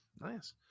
Nice